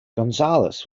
gonzalez